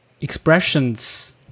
expressions